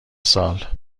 سال